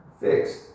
fixed